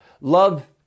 love